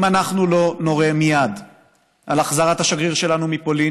אם אנחנו לא נורה מייד על החזרת השגריר שלנו מפולין